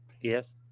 Yes